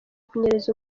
kunyereza